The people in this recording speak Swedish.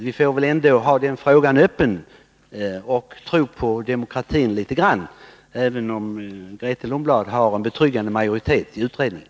Vi får ändå ha den frågan öppen och tro litet på demokratin — även om Grethe Lundblad har en betryggande majoritet i utredningen.